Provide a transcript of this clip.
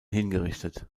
hingerichtet